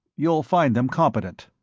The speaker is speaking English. you'll find them competent.